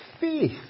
faith